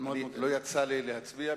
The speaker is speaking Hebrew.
לא יצא לי להצביע,